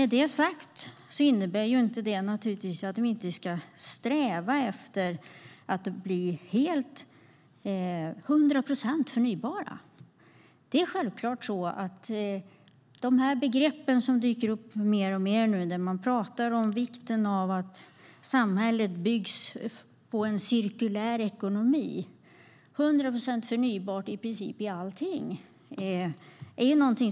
Det innebär inte att vi inte ska sträva efter 100 procent förnybart. Man pratar om vikten av att samhället byggs på en cirkulär ekonomi, och det innebär i princip 100 procent förnybart i allting.